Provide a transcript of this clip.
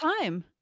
time